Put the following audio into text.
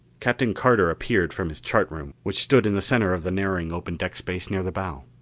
captain carter appeared from his chart room which stood in the center of the narrowing open deck space near the bow.